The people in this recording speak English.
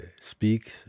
speak